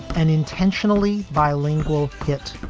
an intentionally bilingual hit.